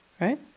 right